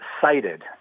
cited